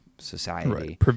society